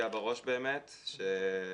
עמדתי והסתכלתי על מכת"זית שבאה